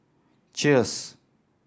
cheers